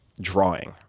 Drawing